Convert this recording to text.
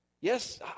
Yes